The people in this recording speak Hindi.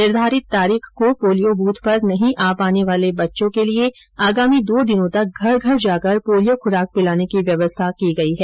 निर्धारित तारीख को पोलियो बूथ पर नहीं आ पाने वाले बच्चों के लिए आगामी दो दिनों तक घर घर जाकर पोलियो खुराक पिलाने की व्यवस्था की गयी है